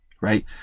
right